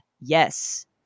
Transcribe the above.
Yes